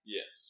Yes